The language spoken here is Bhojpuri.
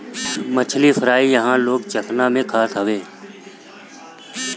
मछरी फ्राई इहां लोग चखना में खात हवे